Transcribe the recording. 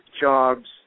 jobs